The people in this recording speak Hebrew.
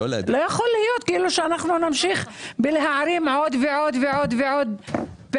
לא יכול להיות שנמשיך להערים עוד ועוד פערים.